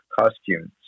costumes